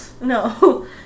no